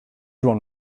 ron